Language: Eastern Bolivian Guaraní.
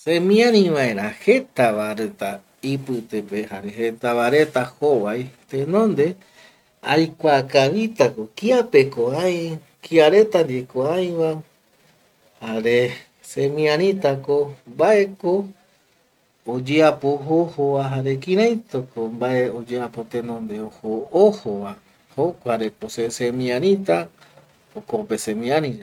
Semiari vaera jeta va reta ipitepe jare jeta va reta jovai tenonde aikua kavita ko kiape ko ai, kia reta ndie ko ai va jare semiarita ko mbaeko oyeapo ojo ojo va jare kirai ta ko mbae oyeapo tenonde ojo ojo va, jokua re ko se semiarita jokope semiari yave